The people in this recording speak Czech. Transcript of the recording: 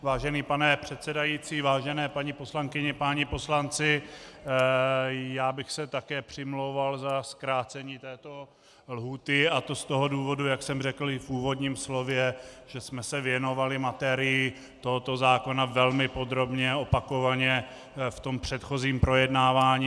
Vážený pane předsedající, vážené paní poslankyně, páni poslanci, také bych se přimlouval za zkrácení této lhůty, a to z toho důvodu, jak jsem řekl už v úvodním slově, že jsme se věnovali materii tohoto zákona velmi podrobně a opakovaně v předchozím projednávání.